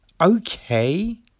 Okay